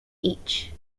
each